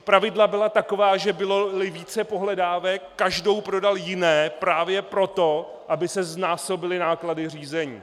Pravidla byla taková, že byloli více pohledávek, každou prodal jiné právě proto, aby se znásobily náklady řízení.